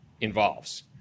involves